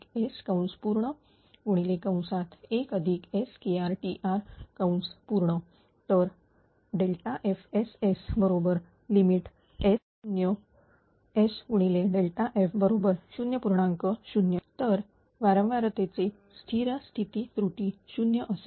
0 तर वारंवारतेचे स्थिर स्थिती त्रुटी 0 असेल